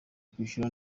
kwishyura